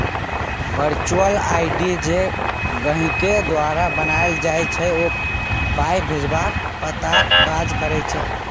virtual ID जे गहिंकी द्वारा बनाएल जाइ छै ओ पाइ भेजबाक पताक काज करै छै